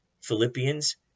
Philippians